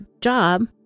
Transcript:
job